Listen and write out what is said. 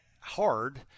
hard